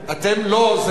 אתם לא עוזרים